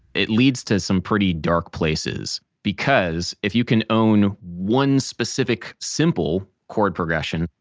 it leads to some pretty dark places, because if you can own one specific simple chord progression,